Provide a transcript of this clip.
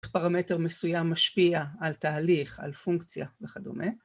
פרמטר מסוים משפיע על תהליך, על פונקציה וכדומה